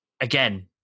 again